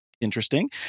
interesting